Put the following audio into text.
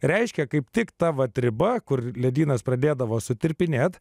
reiškia kaip tik ta riba kur ledynas pradėdavo sutirpinėt